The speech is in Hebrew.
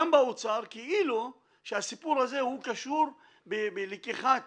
גם באוצר, כאילו שהסיפור הזה קשור בלקיחת